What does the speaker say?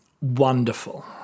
wonderful